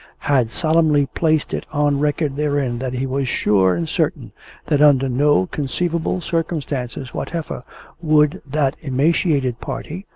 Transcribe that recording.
had solemnly placed it on record therein that he was sure and certain that under no conceivable circumstances whatever would that emaciated party,